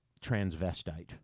transvestite